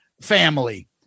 family